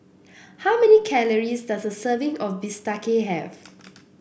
how many calories does a serving of Bistake have